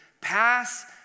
pass